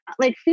like-